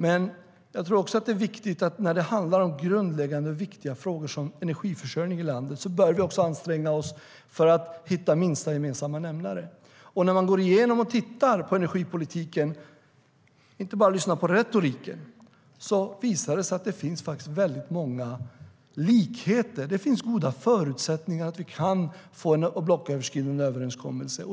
Men när det handlar om grundläggande och viktiga frågor som landets energiförsörjning bör vi anstränga oss för att hitta minsta gemensamma nämnare. När man går igenom energipolitiken, inte bara lyssnar på retoriken, visar det sig att det faktiskt finns väldigt många likheter. Det finns goda förutsättningar för en blocköverskridande överenskommelse, men